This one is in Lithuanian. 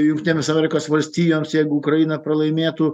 jungtinėms amerikos valstijoms jeigu ukraina pralaimėtų